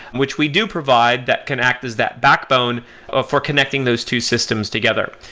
which we do provide that can act as that backbone ah for connecting those two systems together.